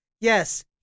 Yes